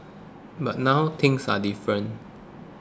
but now things are different